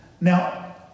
Now